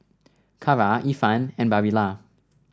Kara Ifan and Barilla